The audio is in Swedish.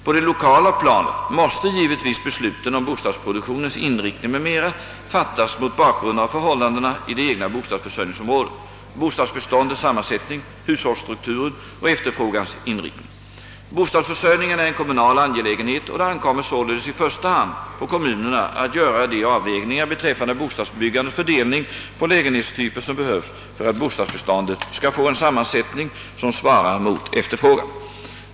På det lokala planet måste givetvis besluten om bostadsproduktionens inriktning m.m. fattas mot bakgrund av förhållandena i det egna bostadsförsörjningsområdet, bostadsbeståndets sammansättning, hushållsstrukturen och efterfrågans inriktning. Bostadsförsörjningen är en kommunal angelägenhet och det ankommer således i första hand på kommunerna att göra de avvägningar beträffande bostadsbyggandets fördelning på lägenhetstyper som behövs för att bostadsbeståndet skall få en sammansättning som svarar mot efterfrågan.